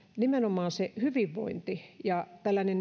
nimenomaan se hyvinvointi ja